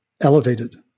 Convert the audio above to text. elevated